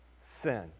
sin